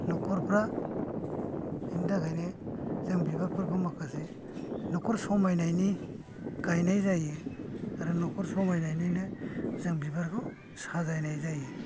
नखरफ्रा बिनि थाखायनो जों बिबारफोरखौ माखासे नखर समायनायनि गायनाय जायो आरो नखर समायनायनिनो जों बिबारखौ साजायनाय जायो